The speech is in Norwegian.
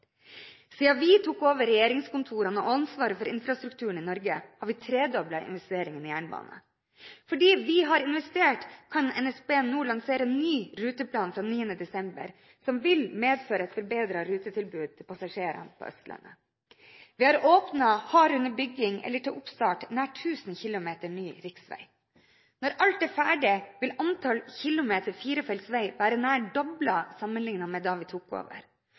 Siden vi tok over regjeringskontorene og ansvaret for infrastrukturen i Norge, har vi tredoblet investeringen i jernbane. Fordi vi har investert, kan NSB nå lansere ny ruteplan fra 9. desember, som vil medføre et forbedret rutetilbud til passasjerer på Østlandet. Vi har åpnet, har under bygging eller til oppstart, nær 1 000 km ny riksvei. Når alt er ferdig, vil antall kilometer firefelts vei være nær doblet sammenlignet med da vi tok over.